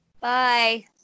Bye